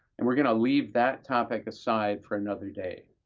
and we're going to leave that topic aside for another day.